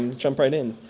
and jump right in.